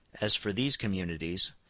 as for these communities,